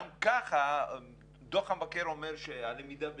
גם ככה דו"ח המבקר אומר שהלמידה בזום,